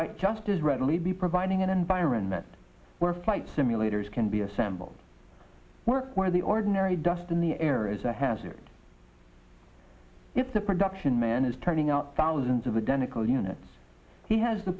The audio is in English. might just as readily be providing an environment where flight simulators can be assembled work where the ordinary dust in the air is a hazard if the production man is turning out thousands of adenike old units he has the